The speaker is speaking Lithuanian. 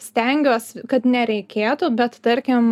stengiuos kad nereikėtų bet tarkim